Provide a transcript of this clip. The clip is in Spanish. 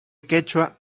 quechua